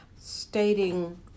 stating